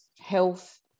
health